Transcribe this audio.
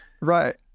Right